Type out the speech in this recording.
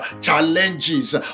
challenges